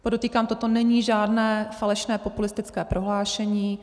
Podotýkám, toto není žádné falešné populistické prohlášení.